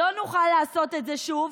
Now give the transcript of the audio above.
לא נוכל לעשות את זה שוב,